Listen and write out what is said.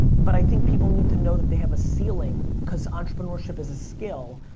but i think people need to know that they have a ceiling, cause entrepreneurship is a skill,